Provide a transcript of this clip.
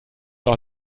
doch